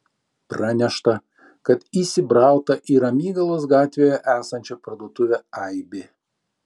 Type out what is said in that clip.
pranešta kad įsibrauta į ramygalos gatvėje esančią parduotuvę aibė